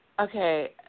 Okay